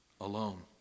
alone